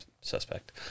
suspect